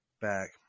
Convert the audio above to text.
back